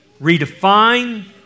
redefine